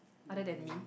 other than me